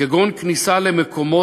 כגון כניסה למקומות,